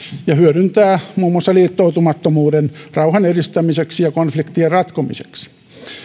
ja hyödyntää muun muassa liittoutumattomuutta rauhan edistämiseksi ja konfliktien ratkomiseksi